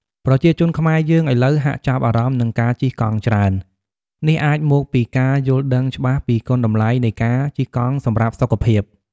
ប្រជាជនខ្មែរយើងឥឡូវហាក់ចាប់អារម្មណ៍នឹងការជិះកង់ច្រើន នេះអាចមកពីការយល់ដឹងច្បាស់ពីគុណតម្លៃនៃការជិះកង់សម្រាប់សុខភាព។